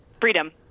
freedom